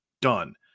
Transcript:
Done